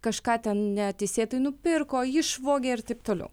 kažką ten neteisėtai nupirko išvogė ir taip toliau